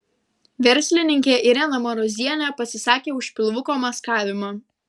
verslininkė irena marozienė pasisakė už pilvuko maskavimą